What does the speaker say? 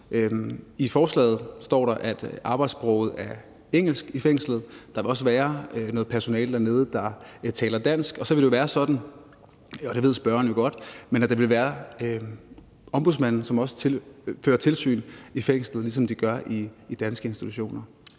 I forslaget står der, at arbejdssproget er engelsk i fængslet, og der vil også være noget personale dernede, der taler dansk. Og så vil det jo være sådan, og det ved spørgeren jo godt, at det vil være Ombudsmanden, som fører tilsyn i fængslet, ligesom de gør i danske institutioner.